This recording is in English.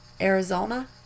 Arizona